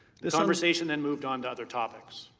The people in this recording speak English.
this conversation and moved on to other topics.